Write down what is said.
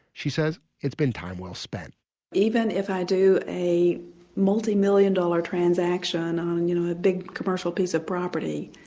she says it's been time well spent even if i do a multimillion dollar transaction on you know a big commercial piece of property,